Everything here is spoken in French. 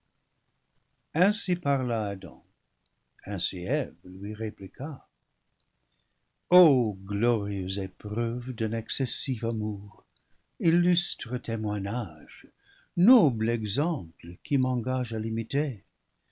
ainsi parla adam ainsi eve lui répliqua o glorieuse épreuve d'un excessif amour illustre témoin gnage noble exemple qui m'engage à l'imiter